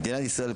במדינת ישראל,